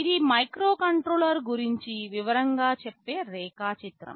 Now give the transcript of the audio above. ఇది మైక్రోకంట్రోలర్ గురించి వివరంగా చెప్పే రేఖాచిత్రం